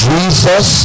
Jesus